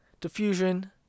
Diffusion